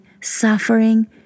suffering